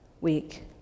week